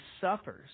suffers